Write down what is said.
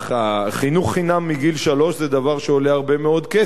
חינוך חינם מגיל שלוש זה דבר שעולה הרבה מאוד כסף.